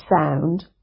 sound